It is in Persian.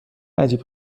عجیب